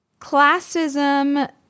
classism